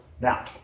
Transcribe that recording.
Now